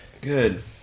Good